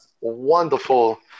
wonderful